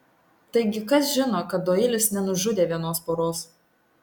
taigi kas žino kad doilis nenužudė vienos poros